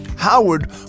Howard